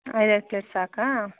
ಐದೈದು ಪ್ಲೇಟ್ ಸಾಕಾ